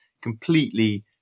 completely